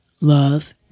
love